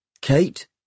Kate